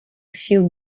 few